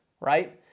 right